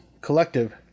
collective